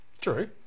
True